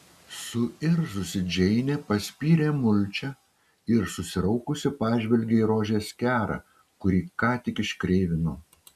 suirzusi džeinė paspyrė mulčią ir susiraukusi pažvelgė į rožės kerą kurį ką tik iškreivino